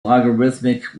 logarithmic